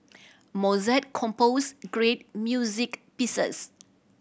Mozart composed great music pieces